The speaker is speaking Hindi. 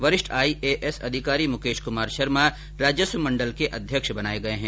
वरिष्ठ आईएएस अधिकारी मुकेश कुमार शर्मा राजस्व मण्डल के अध्यक्ष बनाये गये है